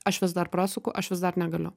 aš vis dar prasuku aš vis dar negaliu